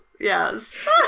yes